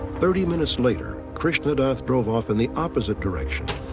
thirty minutes later, krishnadath drove off in the opposite direction,